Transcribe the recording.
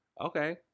Okay